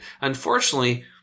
unfortunately